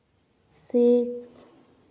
ᱥᱤᱠ